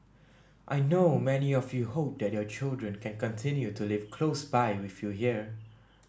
I know many of you hope that your children can continue to live close by with you here